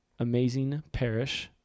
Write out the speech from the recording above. amazingparish